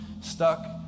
stuck